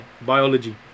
biology